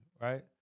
right